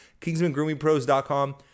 KingsmanGroomingPros.com